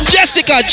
Jessica